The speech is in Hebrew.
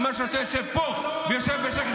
סגלוביץ' ----- בזמן שאתה יושב פה ויושב בשקט,